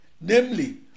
namely